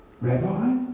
Rabbi